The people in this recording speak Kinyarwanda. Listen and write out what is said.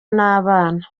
n’abana